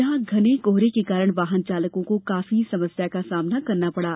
यहां घने कोहरे के कारण वाहन चालको को काफी समस्या का सामना करना पड़ा